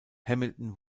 hamilton